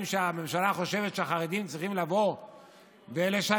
שהממשלה חושבת שהחרדים צריכים לבוא ולשרת,